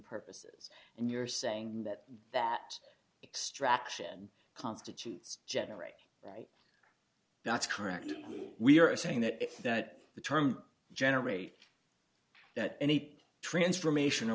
purposes and you're saying that that extraction constitutes generate right that's correct and we are saying that that the term generate any transformation